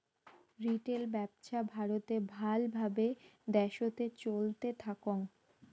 retail ব্যপছা ভারতে ভাল ভাবে দ্যাশোতে চলতে থাকং